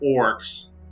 orcs